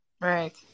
Right